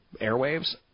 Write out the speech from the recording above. airwaves